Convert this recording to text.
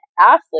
athlete